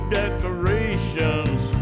decorations